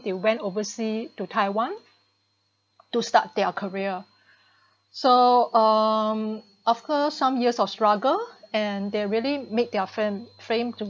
they went overseas to Taiwan to start their career so um of course some years of struggle and they're really make their fra~ framed